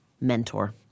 mentor